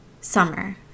summer